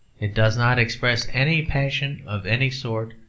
it does not express any passion of any sort,